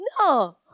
No